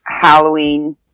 Halloween